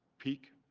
peak.